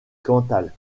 cantal